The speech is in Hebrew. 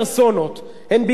העמדות השגויות,